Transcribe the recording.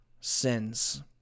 sins